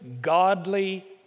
godly